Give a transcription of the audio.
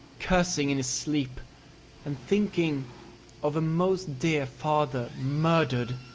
cursing in his sleep and thinking of a most dear father murdered,